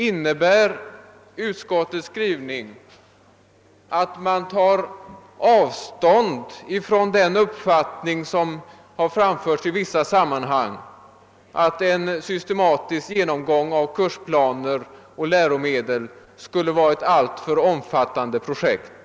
Innebär den att man tar avstånd från den i vissa sammanhang framförda uppfattningen att en systematisk genomgång av kursplaner och läromedel skulle vara ett alltför omfattande projekt?